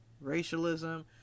racialism